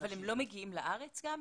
אבל הם לא מגיעים לארץ גם?